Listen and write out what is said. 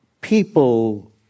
people